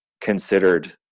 considered